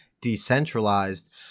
decentralized